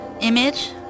image